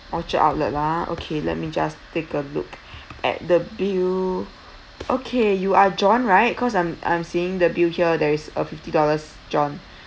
orchard outlet lah okay let me just take a look at the bill okay you are john right cause I'm I'm seeing the bill here there is a fifty dollars john